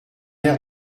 air